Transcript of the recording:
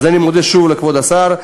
אז אני מודה שוב לכבוד השר.